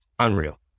unreal